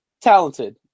talented